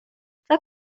فکر